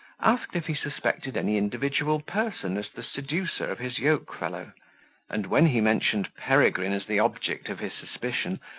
asked if he suspected any individual person as the seducer of his yoke-fellow and when he mentioned peregrine as the object of his suspicion,